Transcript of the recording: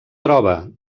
troba